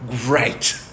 Great